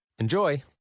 Enjoy